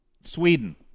Sweden